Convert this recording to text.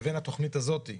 לבין התכנית הזאת,